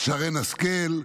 שרן השכל,